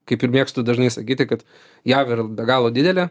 kaip ir mėgstu dažnai sakyti kad jav yra be galo didelė